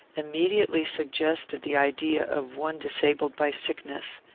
immediately suggested the idea of one disabled by sickness.